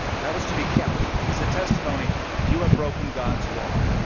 that was to be kept as a testimony you have broken god's law.